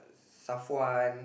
Safwan